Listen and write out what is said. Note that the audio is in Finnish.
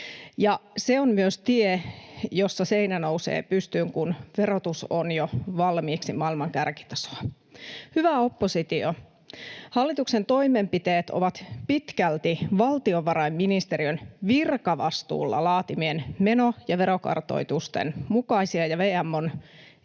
se on myös tie, jolla seinä nousee pystyyn, kun verotus on jo valmiiksi maailman kärkitasoa. Hyvä oppositio, hallituksen toimenpiteet ovat pitkälti valtiovarainministeriön virkavastuulla laatimien meno- ja verokartoitusten mukaisia, ja VM on